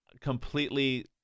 completely